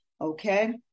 okay